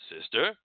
Sister